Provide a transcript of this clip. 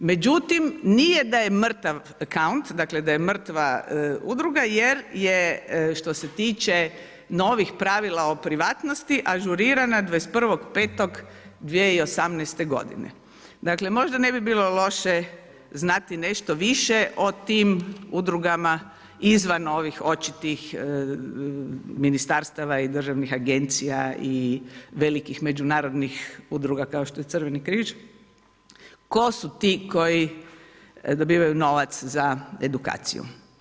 Međutim, nije da je mrtav … da je mrtva udruga, je je što se tiče novih pravila privatnosti, ažurirana 21.5.2018. g. Dakle, možda ne bi bilo loše znati nešto više o tim udrugama izvan ovih očiti ministarstava i državnih agencija i velikih međunarodnih udruga, kao što je Crveni križ, tko su ti koji dobivaju novac za edukaciju?